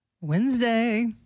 Wednesday